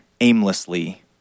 aimlessly